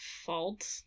fault